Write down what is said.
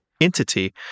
entity